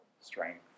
strength